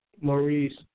Maurice